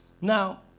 Now